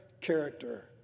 character